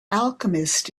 alchemist